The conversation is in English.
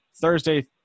Thursday